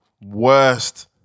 worst